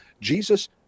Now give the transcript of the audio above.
Jesus